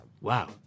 wow